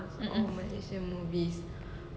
mmhmm